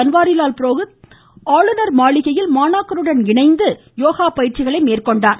பன்வாரிலால் புரோகித் ஆளுநர் மாளிகையில் மாணாக்கருடன் இணைந்து யோகா பயிற்சிகளை மேற்கொண்டார்